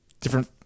different